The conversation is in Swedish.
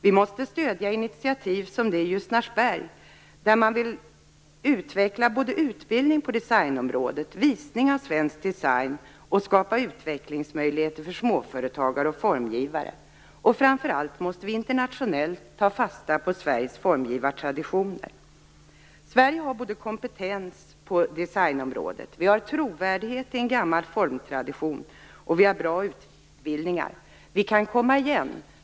Vi måste stödja initiativ som det i Ljusnarsberg, där man vill utveckla utbildning på designområdet och visning av svensk design, samt skapa utvecklingsmöjligheter för småföretagare och formgivare. Framför allt måste vi internationellt ta fasta på Sveriges formgivartraditioner. Sverige har kompetens på designområdet. Vi har trovärdighet i en gammal formtradition, och vi har bra utbildningar. Vi kan komma igen.